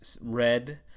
Red